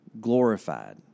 glorified